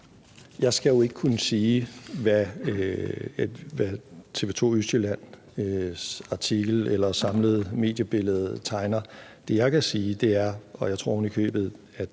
jeg skal jo ikke kunne sige, hvad TV 2 ØSTJYLLANDs artikel eller det samlede mediebillede tegner. Det, jeg kan sige, er – og jeg tror ovenikøbet,